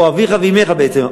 או אביך ואמך בעצם,